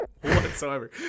Whatsoever